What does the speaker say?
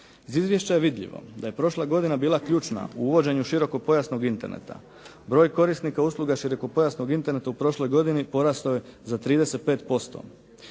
Iz izvješća je vidljivo da je prošla godina bila ključna u uvođenju širokopojasnog Interneta, broj korisnika usluga preko širokopojasnog Interneta u prošloj godini porastao je za 35%.